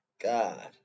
God